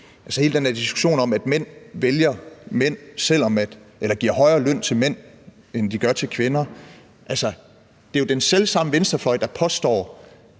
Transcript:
med hele den her diskussion om, at mænd giver højere løn til mænd, end de gør til kvinder, sige, at det jo er den selv samme venstrefløj, der påstår,